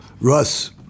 Russ